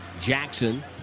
Jackson